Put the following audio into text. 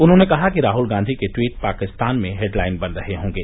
उन्होंने कहा कि राहुल गांधी के ट्वीट पाकिस्तान में हेडलाइन बन रहे होंगे